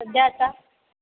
सध्या आता